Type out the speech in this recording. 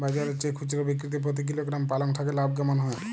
বাজারের চেয়ে খুচরো বিক্রিতে প্রতি কিলোগ্রাম পালং শাকে লাভ কেমন হয়?